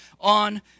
on